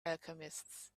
alchemists